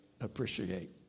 appreciate